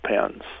pens